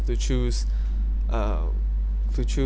to choose um to choose